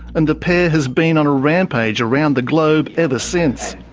and the pair has been on a rampage around the globe ever since.